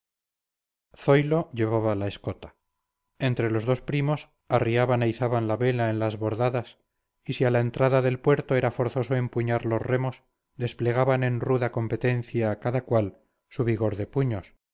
llevaba la escota entre los dos primos arriaban e izaban la vela en las bordadas y si a la entrada del puerto era forzoso empuñar los remos desplegaban en ruda competencia cada cual su vigor de puños